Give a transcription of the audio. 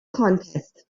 contest